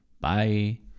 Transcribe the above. Bye